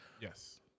yes